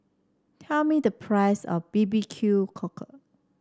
tell me the price of B B Q Cockle